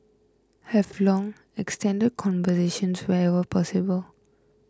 have long extended conversations wherever possible